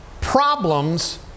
problems